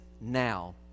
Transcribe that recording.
now